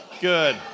Good